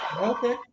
okay